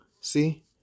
See